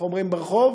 איך אומרים ברחוב,